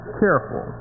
careful